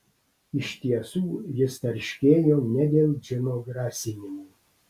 iš tiesų jis tarškėjo ne dėl džino grasinimų